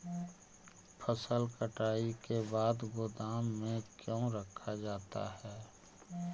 फसल कटाई के बाद गोदाम में क्यों रखा जाता है?